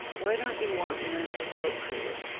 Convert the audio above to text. why don't you want men to vote for you?